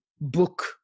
book